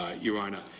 ah your honor,